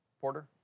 Porter